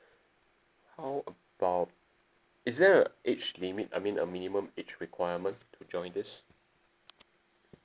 how about is there a age limit I mean a minimum age requirement to join this